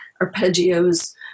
arpeggios